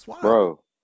bro